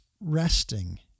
resting